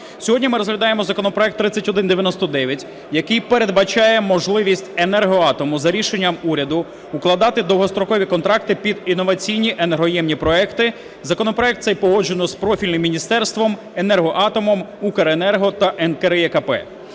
Сьогодні ми розглядаємо законопроект 3199, який передбачає можливість "Енергоатому", за рішенням уряду, укладати довгострокові контракти під інноваційні енергоємні проекти. Законопроект цей погоджено з профільним міністерством, "Енергоатомом", "Укренерго" та НКРЕКП.